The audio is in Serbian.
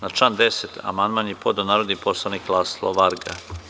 Na član 10. amandman je podneo narodni poslanik Laslo Varga.